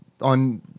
on